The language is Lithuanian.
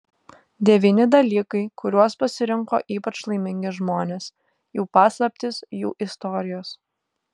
devyni dalykai kuriuos pasirinko ypač laimingi žmonės jų paslaptys jų istorijos